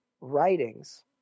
writings